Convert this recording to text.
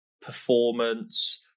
performance